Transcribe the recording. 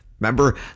Remember